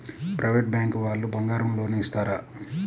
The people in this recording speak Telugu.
ప్రైవేట్ బ్యాంకు వాళ్ళు బంగారం లోన్ ఇస్తారా?